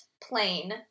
plain